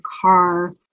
car